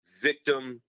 victim